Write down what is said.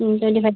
twenty five